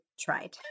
tried